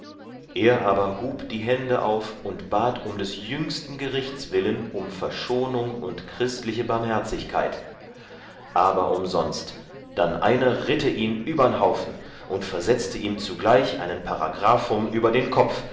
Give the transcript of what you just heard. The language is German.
er aber hub die hände auf und bat um des jüngsten gerichts willen um verschonung und christliche barmherzigkeit aber umsonst dann einer ritte ihn übern haufen und versetzte ihm zugleich einen paragraphum über den kopf